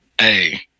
Hey